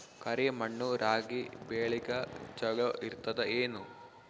ಕರಿ ಮಣ್ಣು ರಾಗಿ ಬೇಳಿಗ ಚಲೋ ಇರ್ತದ ಏನು?